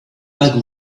like